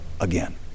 again